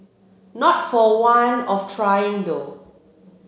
not for want of trying though